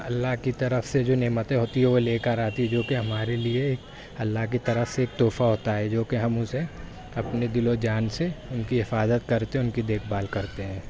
اللہ کی طرف سے جو نعمتیں ہوتی ہیں وہ لے کر آتی ہے جو کہ ہمارے لیے اللہ کی طرف سے ایک تحفہ ہوتا ہے جو کہ ہم اسے اپنے دل و جان سے ان کی حفاظت کرتے ہیں ان کی دیکھ بھال کرتے ہیں